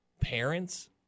parents